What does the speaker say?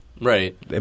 Right